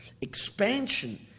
expansion